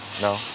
No